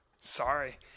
Sorry